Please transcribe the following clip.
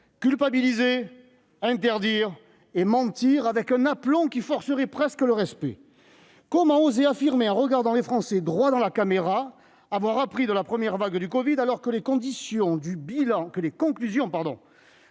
culpabiliser, interdire et mentir avec un aplomb qui forcerait presque le respect. Comment oser affirmer, en regardant les Français droit dans la caméra, avoir appris de la première vague de la covid-19, alors que les conclusions du bilan de la gestion